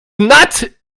not